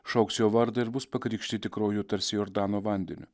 šauks jo vardą ir bus pakrikštyti krauju tarsi jordano vandeniu